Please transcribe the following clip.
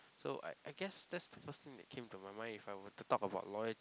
so I I guess that's the first thing that came to my mind if I were to talk about loyalty